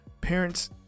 parents